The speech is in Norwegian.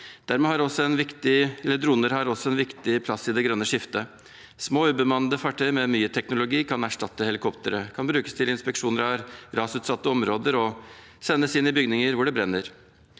Droner har også en viktig plass i det grønne skiftet. Små, ubemannede fartøyer med mye teknologi kan erstatte helikoptre, brukes til inspeksjoner av rasutsatte områder og sendes inn i bygninger hvor det brenner.